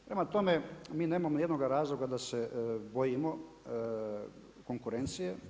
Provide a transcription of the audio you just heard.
Prema tome, mi nemamo jednoga razloga da se bojimo konkurencije.